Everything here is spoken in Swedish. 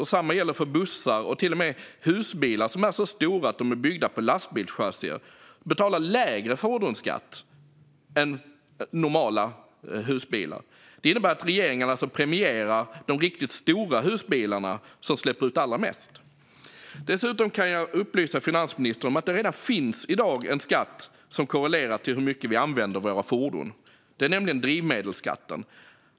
Detsamma gäller bussar och till och med husbilar som är så stora att de är byggda på lastbilschassier. För dessa betalar man lägre fordonsskatt än för normala husbilar. Det innebär att regeringen premierar de riktigt stora husbilarna som släpper ut allra mest. Dessutom kan jag upplysa finansministern om att det redan i dag finns en skatt som korrelerar med hur mycket vi använder våra fordon: drivmedelsskatten.